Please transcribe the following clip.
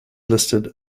listed